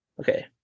okay